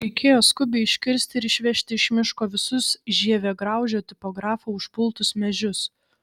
reikėjo skubiai iškirsti ir išvežti iš miško visus žievėgraužio tipografo užpultus medžius